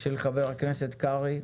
של חבר הכנסת קרעי.